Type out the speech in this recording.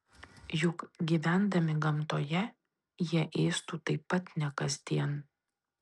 juk gyvendami gamtoje jie ėstų taip pat ne kasdien